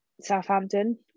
Southampton